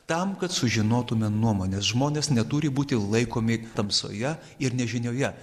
tam kad sužinotume nuomones žmonės neturi būti laikomi tamsoje ir nežinioje